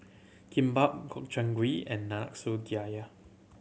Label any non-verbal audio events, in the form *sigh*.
Kimbap Gobchang Gui and Nanakusa *unintelligible*